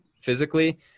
physically